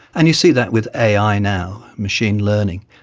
and you see that with ai now, machine learning.